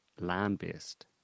land-based